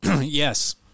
yes